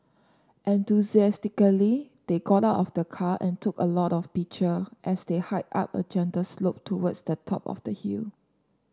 enthusiastically they got out of the car and took a lot of picture as they hiked up a gentle slope towards the top of the hill